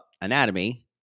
anatomy